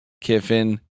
Kiffin